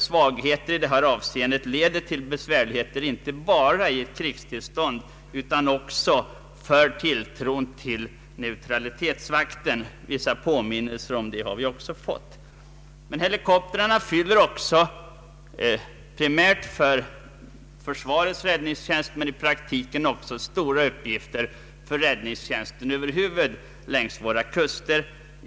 Svagheter i det här avseendet leder till be svärligheter inte bara i ett krigstillstånd utan också i tilltron till neutralitetsvakten. Vissa påminnelser om det har vi även fått. Men helikoptrarna fyller också stora uppgifter primärt för försvarets räddningstjänst samt i praktiken också för räddningstjänsten över huvud taget längs våra kuster.